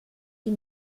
sie